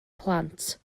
plant